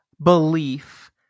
belief